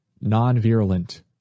non-virulent